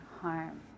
harm